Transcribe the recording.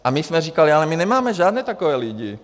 A my jsme říkali: ale my nemáme žádné takové lidi.